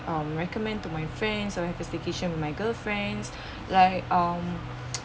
um recommend to my friends or have a staycation with my girl friends like um